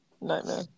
Nightmare